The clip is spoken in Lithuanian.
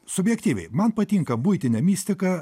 subjektyviai man patinka buitinė mistika